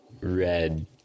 red